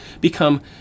become